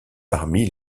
parmi